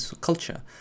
culture